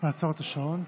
אעצור את השעון.